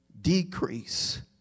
decrease